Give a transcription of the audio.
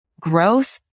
growth